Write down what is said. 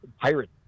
pirate